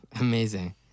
Amazing